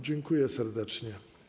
Dziękuję serdecznie.